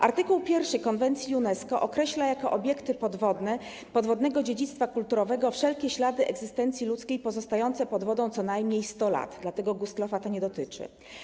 Art. 1 konwencji UNESCO określa jako obiekty podwodne podwodnego dziedzictwa kulturowego wszelkie ślady egzystencji ludzkiej pozostające pod wodą co najmniej 100 lat, dlatego Gustloffa to nie dotyczy.